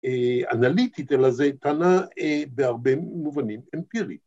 ‫אנליטית, אלא זה פנה ‫בהרבה מובנים אמפיריים.